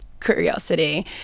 curiosity